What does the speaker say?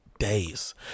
days